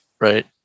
right